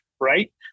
right